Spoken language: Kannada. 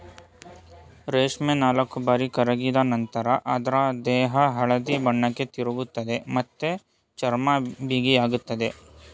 ರೇಷ್ಮೆ ನಾಲ್ಕುಬಾರಿ ಕರಗಿದ ನಂತ್ರ ಅದ್ರ ದೇಹ ಹಳದಿ ಬಣ್ಣಕ್ಕೆ ತಿರುಗ್ತದೆ ಮತ್ತೆ ಚರ್ಮ ಬಿಗಿಯಾಗ್ತದೆ